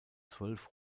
zwölf